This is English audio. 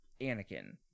Anakin